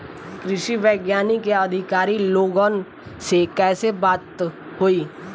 कृषि वैज्ञानिक या अधिकारी लोगन से कैसे बात होई?